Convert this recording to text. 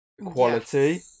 quality